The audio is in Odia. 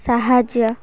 ସାହାଯ୍ୟ